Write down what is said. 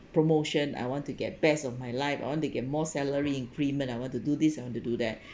promotion I want to get best of my life I want to get more salary increment I want to do this I want to do that